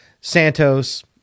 Santos –